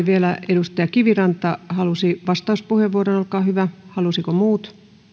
vielä edustaja kiviranta halusi vastauspuheenvuoron halusivatko muut